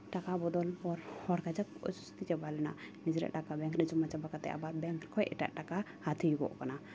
ᱴᱟᱠᱟ ᱵᱚᱫᱚᱞ ᱯᱚᱨ ᱦᱚᱲ ᱠᱟᱡᱟᱠ ᱠᱚ ᱚᱥᱚᱥᱛᱤ ᱪᱟᱵᱟ ᱞᱮᱱᱟ ᱱᱤᱡᱮᱨᱟᱜ ᱴᱟᱠᱟ ᱵᱮᱝᱠ ᱨᱮ ᱡᱚᱢᱟ ᱪᱟᱵᱟ ᱠᱟᱛᱮᱫ ᱟᱵᱟᱨ ᱵᱮᱝᱠ ᱠᱷᱚᱱ ᱮᱴᱟᱜ ᱴᱟᱠᱟ ᱦᱟᱛᱟᱣ ᱦᱩᱭᱩᱜᱚᱜ ᱠᱟᱱᱟ